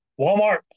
Walmart